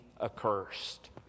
accursed